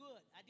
Good